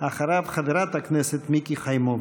אחריו, חברת הכנסת מיקי חיימוביץ'.